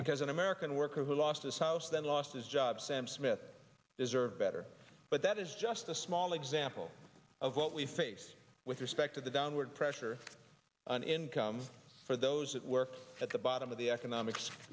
because an american worker who lost his house then lost his job sam smith deserved better but that is just a small example of what we face with respect to the downward pressure on income for those that work at the bottom of the economics